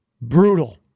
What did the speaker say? brutal